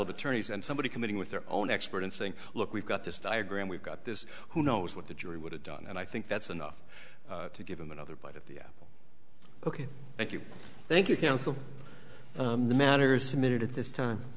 of attorneys and somebody committing with their own expert and saying look we've got this diagram we've got this who knows what the jury would have done and i think that's enough to give him another bite at the apple ok thank you thank you counsel matters a minute at this time